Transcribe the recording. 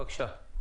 בבקשה.